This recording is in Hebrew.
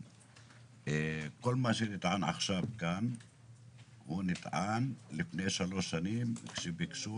כל מה שנטען כאן עכשיו נטען לפני שלוש שנים כשביקשו